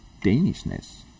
Danishness